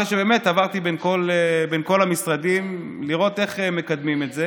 אחרי שעברתי בין כל המשרדים לראות איך מקדמים את זה,